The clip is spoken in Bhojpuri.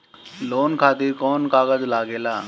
लोन खातिर कौन कागज लागेला?